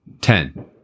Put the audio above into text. Ten